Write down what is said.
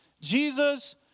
Jesus